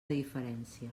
diferència